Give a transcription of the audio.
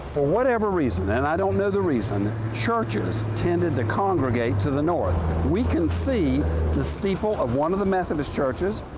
for whatever reason, and i don't know the reason, churches tended to congregate to the north. we can see the steeple of one of the methodist churches,